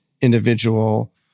individual